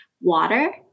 water